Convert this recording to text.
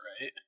right